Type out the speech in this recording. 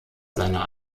seiner